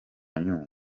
nyungwe